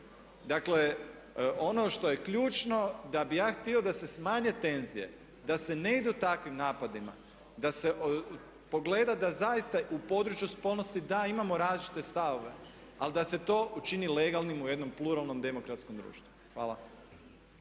Dakle, ono što je ključno da bih ja htio da se smanje tenzije, da se ne ide takvim napadima, da se pogleda da zaista u području spolnosti da imamo različite stavove, ali da se to učini legalnim u jednom pluralnom demokratskom društvu. Hvala.